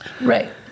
Right